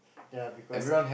ya because